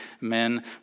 men